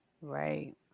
Right